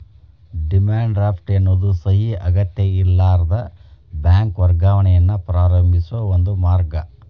demand draft ಎನ್ನೋದು ಸಹಿ ಅಗತ್ಯಇರ್ಲಾರದ ಬ್ಯಾಂಕ್ ವರ್ಗಾವಣೆಯನ್ನ ಪ್ರಾರಂಭಿಸೋ ಒಂದ ಮಾರ್ಗ